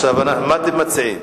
מה אתם מציעים?